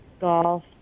golf